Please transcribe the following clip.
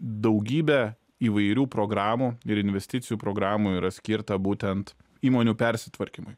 daugybė įvairių programų ir investicijų programų yra skirta būtent įmonių persitvarkymui